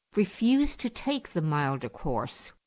refused to take the milder course.